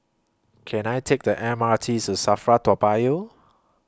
Can I Take The M R T to SAFRA Toa Payoh